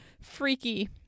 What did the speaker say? freaky